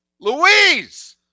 Louise